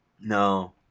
No